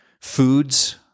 foods